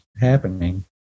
happening